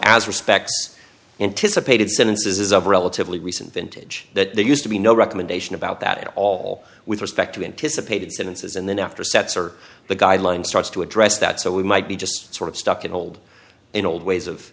as respects anticipated sentences is of relatively recent vintage that there used to be no recommendation about that at all with respect to anticipated sentences and then after sets or the guidelines starts to address that so we might be just sort of stuck in old in old ways of